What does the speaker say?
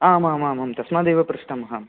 आमाम् आम् आम् तस्मादेव पृष्टं अहं